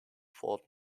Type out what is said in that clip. fought